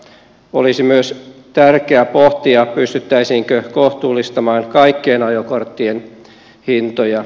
olisi myös tärkeää pohtia pystyttäisiinkö kohtuullistamaan kaikkien ajokorttien hintoja